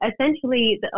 essentially